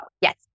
Yes